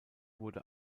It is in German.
wurde